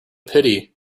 pity